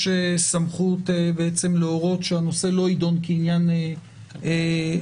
סמכות להורות שהנושא לא יידון כעניין כלכלי,